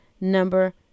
number